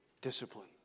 discipline